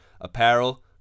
apparel